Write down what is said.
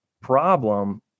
problem